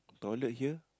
toilet here